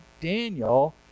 Daniel